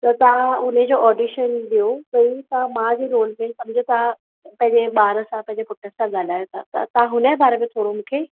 त तव्हां उनजो ऑडिशन ॾियो भई तां माउ जे रोल में सम्झो तव्हां पंहिंजे ॿार सां पंहिंजे पुट सां ॻाल्हायो था त तहां हुन जे बारे में थोरो मूंखे